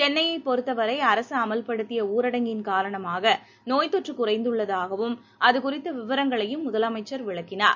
சென்னையைப் பொறுத்தவரைஅரசுஅமல்படுத்தியஊரடங்கின் காரணமாகநோய்த் தொற்றுகுறைந்துள்ளதாகவும் அதுகுறித்தவிவரங்களையும் முதலமைச்சர் விளக்கினார்